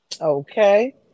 Okay